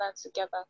together